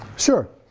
sure,